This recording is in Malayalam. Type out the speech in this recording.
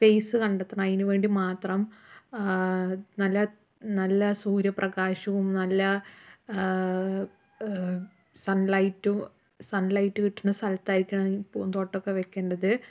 സ്പേയ്സ് കണ്ടെത്തണം അതിന് വേണ്ടി മാത്രം നല്ല നല്ല സൂര്യപ്രകാശവും നല്ല സൺ ലൈറ്റും സൺ ലൈറ്റ് കിട്ടണ സ്ഥലത്തായിരിയ്ക്കണം ഈ പൂന്തോട്ടം ഒക്കെ വെയ്ക്കണ്ടത്